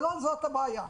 אבל לא זאת הבעיה.